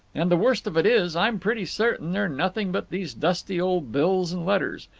and the worst of it is, i'm pretty certain they're nothing but these dusty old bills and letters.